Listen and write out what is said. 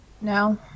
No